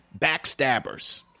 Backstabbers